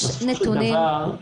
בסופו של דבר,